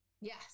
Yes